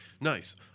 Nice